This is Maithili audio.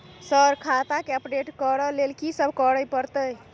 सर खाता केँ अपडेट करऽ लेल की सब करै परतै?